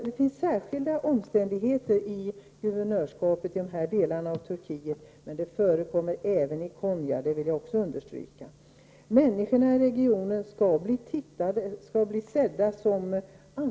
Det är särskilda omständigheter i guvernörskapet i dessa delar av Turkiet, men de förekommer även i Konya. Det finns direktiv för hur människorna i regionen skall skötas.